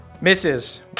Misses